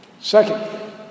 Second